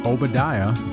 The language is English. Obadiah